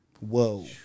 Whoa